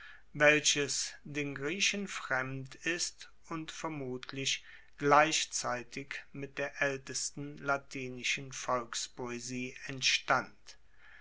welches den griechen fremd ist und vermutlich gleichzeitig mit der aeltesten latinischen volkspoesie entstand